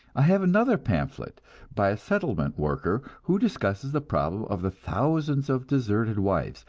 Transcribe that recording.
i have another pamphlet by a settlement worker, who discusses the problem of the thousands of deserted wives,